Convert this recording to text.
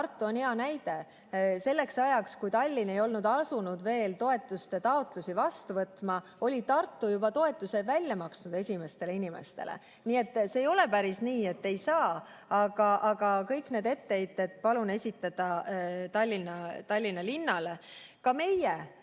Tartu on hea näide. Selleks ajaks, kui Tallinn ei olnud asunud veel toetuste taotlusi vastu võtma, oli Tartu juba esimestele inimestele toetuse välja maksnud. See ei ole päris nii, et ei saa. Aga kõik need etteheited palun esitada Tallinna linnale. Ka meie